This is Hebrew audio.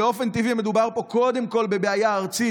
באופן טבעי מדובר פה קודם כול בבעיה ארצית,